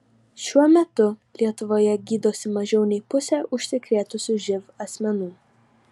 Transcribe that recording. šiuo metu lietuvoje gydosi mažiau nei pusė užsikrėtusių živ asmenų